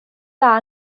dda